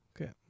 Okay